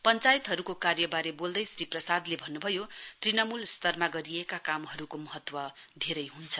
पंचायतहरुको कार्यवारे वोल्दै श्री प्रसादले भन्नुभयो तृणमूल स्तरमा गरिएका कामहरुको महत्व धेरै हुन्छ